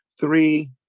three